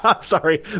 Sorry